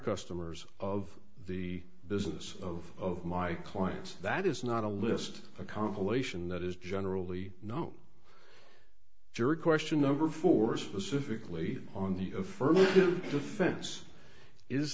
customers of the business of my clients that is not a list a compilation that is generally known jury question number four specifically on the affirmative defense is